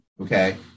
Okay